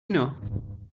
know